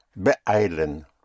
Beeilen